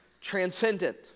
transcendent